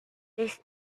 this